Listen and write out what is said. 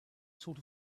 sort